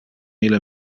ille